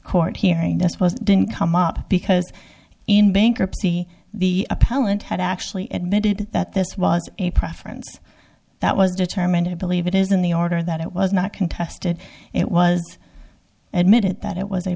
court hearing this was didn't come up because in bankruptcy the appellant had actually admitted that this was a preference that was determined to believe it is in the order that it was not contested it was admitted that it was a